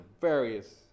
various